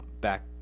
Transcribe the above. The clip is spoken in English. back